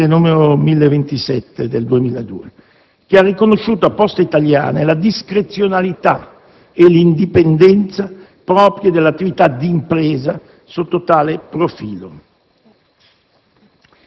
(parere n. 1027 del 2002) che ha riconosciuto a Poste italiane la discrezionalità e l'indipendenza proprie dell'attività di impresa, sotto tale profilo.